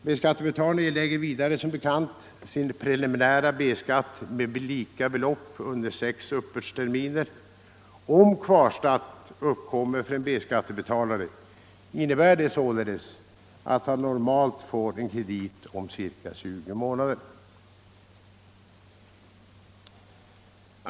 B-skattebetalaren erlägger som bekant sin preliminära B-skatt med lika belopp under sex uppbördsterminer. Om kvarskatt uppkommer för en B-skattebetalare innebär det således att han normalt får en kredit om ca 20 månader.